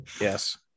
Yes